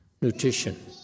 nutrition